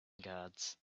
guards